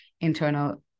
internal